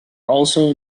also